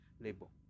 label